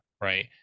right